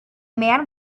man